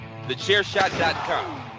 Thechairshot.com